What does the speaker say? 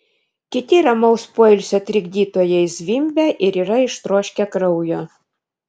kiti ramaus poilsio trikdytojai zvimbia ir yra ištroškę kraujo